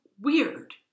weird